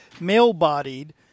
male-bodied